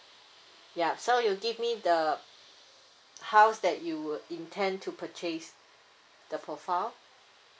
ya so you give me the house that you would intend to purchase the profile